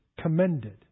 commended